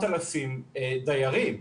רק בעמותה שלי יש קרוב ל-8,000 דיירים.